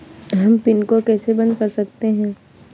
हम पिन को कैसे बंद कर सकते हैं?